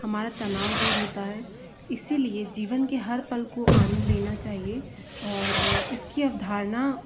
हमारा तनाव दूर होता है इसीलिए जीवन के हर पल को आनंद लेना चाहिए और इसकी अवधारणा